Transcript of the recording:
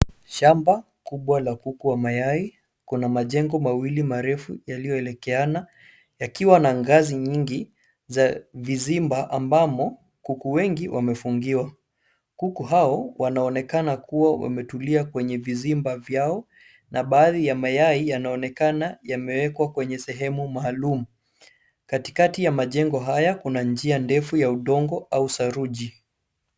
Shamba kubwa la kuku wa mayai. Kuna majengo mawili marefu yaliyoelekeana yakiwa na ngazi nyingi za vizimba ambamo kuku wengi wamefungiwa. Kuku hao wanaonekana kuwa wametulia kwenye vizimba vyao na baadhi ya mayai yanaonekana yamewekwa kwenye sehemu maalumu. Katikati ya majengo haya kuna njia ndefu ya udongo au saruji.